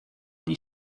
die